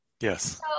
Yes